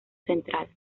central